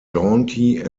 jaunty